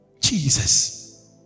Jesus